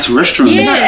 restaurants